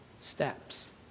steps